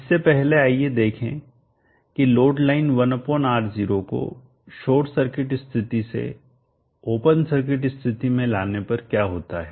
इससे पहले आइए देखें कि लोड लाइन 1 R0 को शॉर्ट सर्किट स्थिति से ओपन सर्किट स्थिति में लाने पर क्या होता है